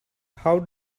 how